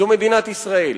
זאת מדינת ישראל.